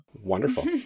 Wonderful